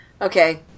Okay